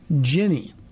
Jenny